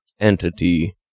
entity